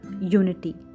unity